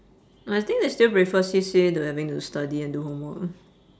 I think they still prefer C_C_A to having to study and do homework